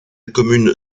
commune